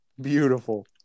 Beautiful